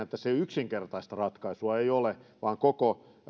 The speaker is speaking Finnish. että tässä ei yksinkertaista ratkaisua ole vaan koko